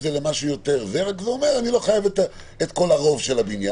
זה למשהו יותר רק זה אומר: אני לא חייב את הרוב של בניין,